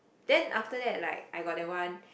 then after that like I got that one